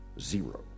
Zero